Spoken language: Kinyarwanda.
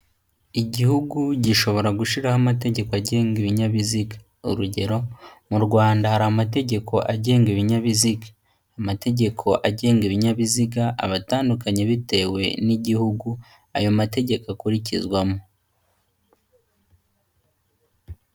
Igihugu gishobora gushyiraho amategeko agenga ibinyabiziga, urugero: mu Rwanda hari amategeko agenga ibinyabiziga. Amategeko agenga ibinyabiziga aba atandukanye bitewe n'igihugu ayo mategeko akurikizwamo.